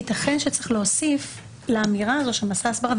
ייתכן שצריך להוסיף לאמירה הזו של מסע ההסברה,